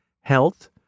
health